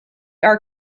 are